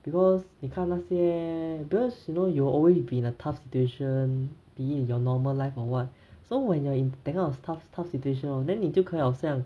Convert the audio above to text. because 你看那些 because you know you will always be in a tough situation be it in your normal life or what so when you're in that kind of tough of tough situation hor then 你就可以好像